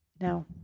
now